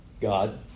God